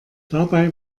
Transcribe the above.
dabei